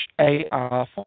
A-R